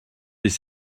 des